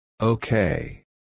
Okay